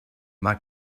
mae